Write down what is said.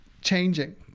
changing